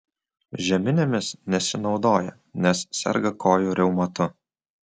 žeminėmis nesinaudoja nes serga kojų reumatu